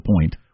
point